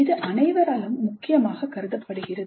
இது அனைவராலும் முக்கியமானதாக கருதப்படுகிறது